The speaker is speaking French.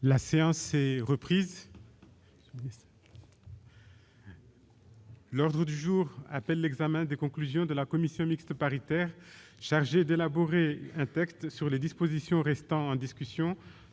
La séance est reprise. L'ordre du jour appelle l'examen des conclusions de la commission mixte paritaire chargée d'élaborer un texte sur les dispositions restant en discussion